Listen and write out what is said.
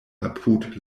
apud